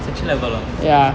level ah